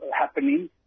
happening